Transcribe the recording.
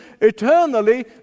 eternally